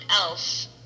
else